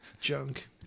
junk